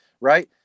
right